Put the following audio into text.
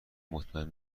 مطمئن